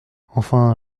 enfin